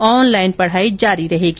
online पढाई जारी रहेगी